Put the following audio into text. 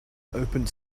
opened